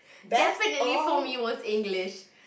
definitely for me was English